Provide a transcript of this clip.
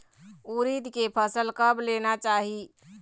उरीद के फसल कब लेना चाही?